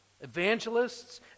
evangelists